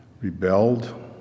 rebelled